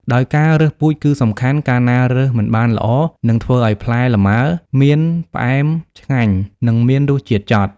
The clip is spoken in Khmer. ដោយការរើសពូជគឺសំខាន់ កាលណារើសមិនបានល្អ នឹងធ្វើឱ្យផ្លែល្ម៉ើ មានផ្អែមឆ្ងាញ់ និងមានរសជាតិចត់។